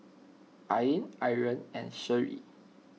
Ain Aryan and Seri